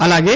అలాగే